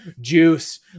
juice